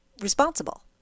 responsible